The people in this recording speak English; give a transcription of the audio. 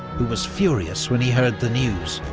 who was furious when he heard the news.